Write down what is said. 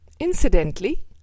Incidentally